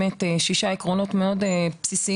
מדובר בפרויקט עם שישה עקרונות בסיסיים